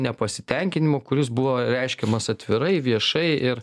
nepasitenkinimo kuris buvo reiškiamas atvirai viešai ir